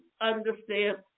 understand